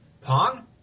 Pong